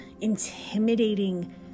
intimidating